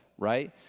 Right